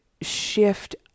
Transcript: shift